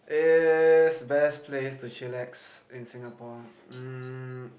yes best place to chillax in Singapore um